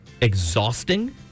exhausting